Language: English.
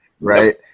right